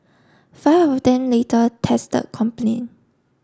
five of them later tested complaint